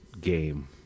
game